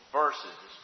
verses